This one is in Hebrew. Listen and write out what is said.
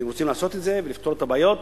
ואם רוצים לעשות את זה ולפתור את הבעיות